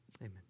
Amen